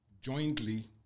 jointly